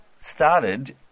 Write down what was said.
started